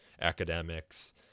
academics